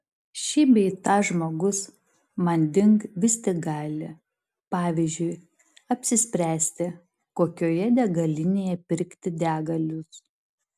šį bei tą žmogus manding vis tik gali pavyzdžiui apsispręsti kokioje degalinėje pirkti degalus